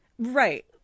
Right